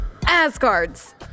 Asgards